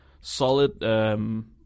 solid